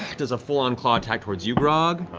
does a full-on claw attack towards you, grog.